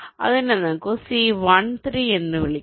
അതിനെ നമുക്ക് C13 എന്ന് വിളിക്കാം